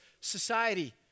society